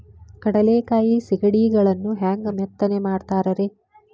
ಕಡಲೆಕಾಯಿ ಸಿಗಡಿಗಳನ್ನು ಹ್ಯಾಂಗ ಮೆತ್ತನೆ ಮಾಡ್ತಾರ ರೇ?